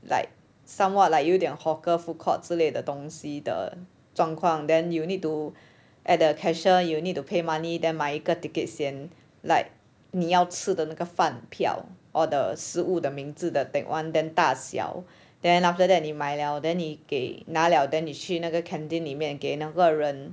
like somewhat like 有点 hawker food court 之类的东西的状况 then you need to at the cashier you need to pay money then 买一个 ticket 先 like 你要吃的那个饭票 or the 食物的名字的 that [one] then 大小 then after that 你买了 then after that 你买了你给拿了 then 你去那个 canteen 里面给那个人